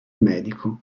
medico